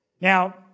Now